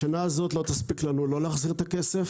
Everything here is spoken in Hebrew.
השנה הזאת לא תספיק לנו לא להחזיר את הכסף,